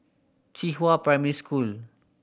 Qihua Primary School